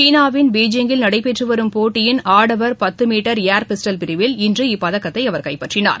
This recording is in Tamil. சீனாவின் பெய்ஜிங்கில் நடைபெற்றுவரும் போட்டியின் ஆடவர் பத்தமீட்டர் ஏர் பிஸ்டல் பிரிவில் இன்று இப்பதக்கத்தைஅவர் கைப்பற்றினார்